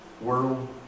world